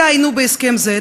תעיינו בהסכם זה,